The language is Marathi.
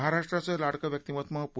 महाराष्ट्राचं लाडकं व्यक्तिमत्व पू